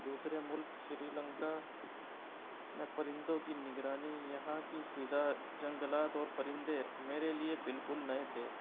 دوسرے ملک سری لنکا میں پرندوں کی نگرانی یہاں کی فضا جنگلات اور پرندے میرے لیے بالکل نئے تھے